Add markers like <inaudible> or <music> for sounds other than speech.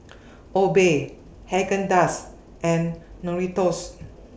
<noise> Obey Haagen Dazs and Doritos